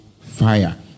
fire